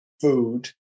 food